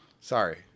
Sorry